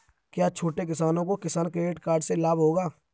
क्या छोटे किसानों को किसान क्रेडिट कार्ड से लाभ होगा?